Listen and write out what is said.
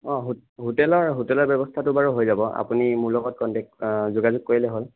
অঁ হোটেলৰ হোটেলৰ ব্যৱস্থাটো বাৰু হৈ যাব আপুনি মোৰ লগত কনটেক্ট যোগাযোগ কৰিলে হ'ল